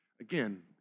again